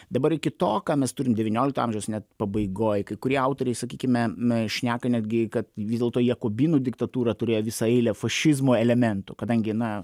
dabar iki to ką mes turime devyniolikto amžiaus ne pabaigoj kai kurie autoriai sakykime m šneka netgi kad vis dėlto jakobinų diktatūra turėjo visą eilę fašizmo elementų kadangi na